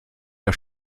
der